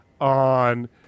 on